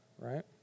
right